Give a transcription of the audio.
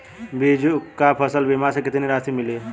बीजू को फसल बीमा से कितनी राशि मिली है?